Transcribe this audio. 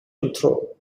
control